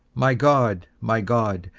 my god, my god,